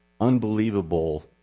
unbelievable